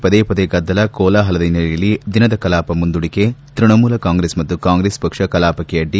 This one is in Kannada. ರಾಜ್ಞಸಭೆಯಲ್ಲಿ ಪದೇ ಪದೇ ಗದ್ದಲ ಕೋಲಾಹಲದ ಹಿನ್ನೆಲೆಯಲ್ಲಿ ದಿನದ ಕಲಾಪ ಮುಂದೂಡಿಕೆ ತೃಣಮೂಲ ಕಾಂಗ್ರೆಸ್ ಮತ್ತು ಕಾಂಗ್ರೆಸ್ ಪಕ್ಷ ಕಲಾಪಕ್ಕೆ ಅಡ್ಡಿ